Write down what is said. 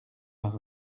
vingt